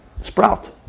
sprout